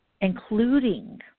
including